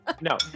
No